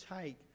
take